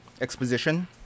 exposition